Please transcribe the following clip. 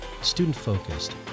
student-focused